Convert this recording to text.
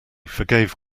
forgave